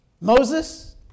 Moses